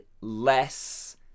less